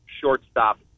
shortstop